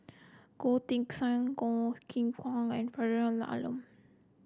Goh Teck Sian Goh Qiu Bin and Faridah Hanum